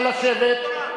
נא לשבת.